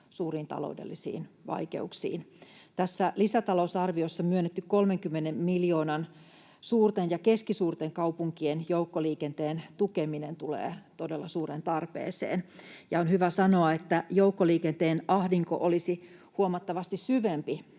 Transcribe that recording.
suuriin taloudellisiin vaikeuksiin. Tässä lisätalousarviossa myönnetty 30 miljoonan suurten ja keskisuurten kaupunkien joukkoliikenteen tukeminen tulee todella suureen tarpeeseen, ja on hyvä sanoa, että joukkoliikenteen ahdinko olisi huomattavasti syvempi